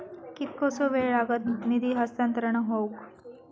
कितकोसो वेळ लागत निधी हस्तांतरण हौक?